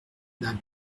d’un